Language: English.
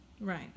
right